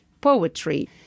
poetry